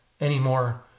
anymore